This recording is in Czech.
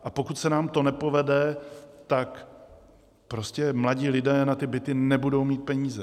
A pokud se nám to nepovede, tak prostě mladí lidé na ty byty nebudou mít peníze.